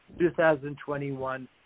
2021